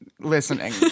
listening